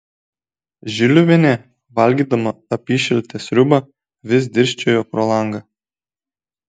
žiliuvienė valgydama apyšiltę sriubą vis dirsčiojo pro langą